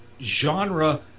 genre